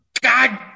God